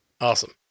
Awesome